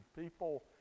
people